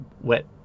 wet